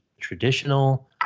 traditional